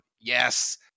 Yes